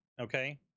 okay